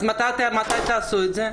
אז מתי תעשו את זה?